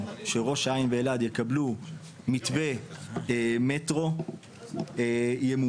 שראש העין ואלעד יקבלו מתווה מטרו ימומש,